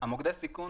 לגבי מוקדי סיכון,